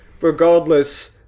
regardless